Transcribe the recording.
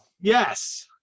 Yes